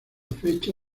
fecha